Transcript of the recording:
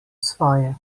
svoje